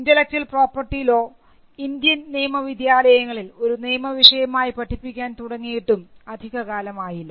intellectual property law Indian നിയമ വിദ്യാലയങ്ങളിൽ ഒരു നിയമ വിഷയമായി പഠിപ്പിക്കാൻ തുടങ്ങിയിട്ടും അധികകാലമായില്ല